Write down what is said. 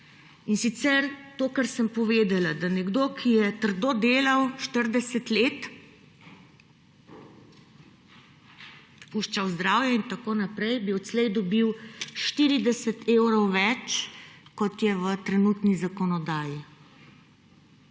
in sicer to, kar sem povedala. Nekdo, ki je trdo delal 40 let, puščal zdravje in tako naprej, bi odslej dobil 40 evrov več, kot je v trenutni zakonodaji.